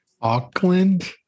Auckland